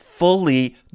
Fully